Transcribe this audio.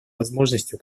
возможностью